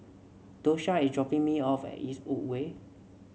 Doshia is dropping me off at Eastwood Way